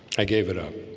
i gave it up.